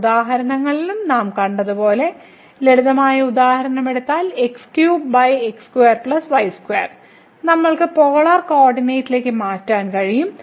പല ഉദാഹരണങ്ങളിലും നാം കണ്ടതുപോലെ ലളിതമായ ഉദാഹരണം എടുത്താൽ വീണ്ടും നമുക്ക് പോളാർ കോർഡിനേറ്റിലേക്ക് മാറ്റാൻ കഴിയും